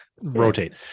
rotate